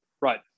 Right